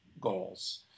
goals